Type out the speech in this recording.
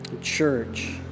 church